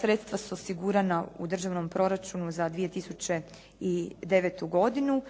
Sredstva su osigurana u državnom proračunu za 2009. godinu.